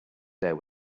there